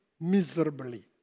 miserably